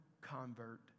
convert